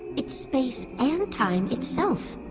it's space and time itself.